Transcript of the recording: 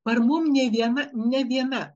ar mum nė viena ne viena